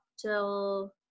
till